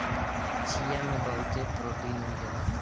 चिया में बहुते प्रोटीन मिलेला